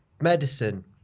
medicine